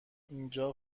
اینجا